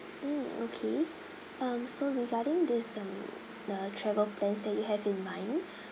mm okay um so regarding this um the travel plans that you have in mind